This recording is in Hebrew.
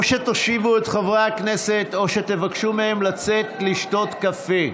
או שתושיבו את חברי הכנסת או שתבקשו מהם לצאת לשתות קפה.